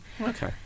okay